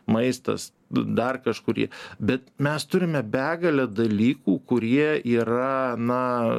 maistas dar kažkurį bet mes turime begalę dalykų kurie yra na